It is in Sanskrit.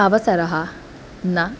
अवसरः न